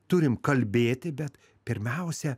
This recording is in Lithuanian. turim kalbėti bet pirmiausia